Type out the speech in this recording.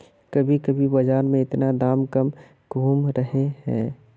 कभी कभी बाजार में इतना दाम कम कहुम रहे है?